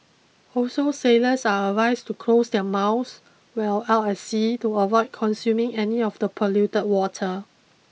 also sailors are advised to close their mouse while out at sea to avoid consuming any of the polluted water